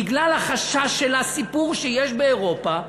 בגלל החשש של הסיפור שיש באירופה,